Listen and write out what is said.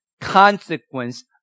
consequence